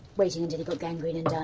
waiting until he got gangrene and